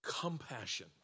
Compassion